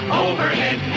overhead